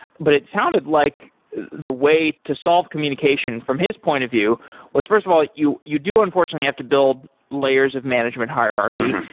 but it sounded like the way to solve communication from his point of view was, first of all, you you do unfortunately have to build layers of management hierarchy.